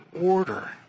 order